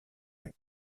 est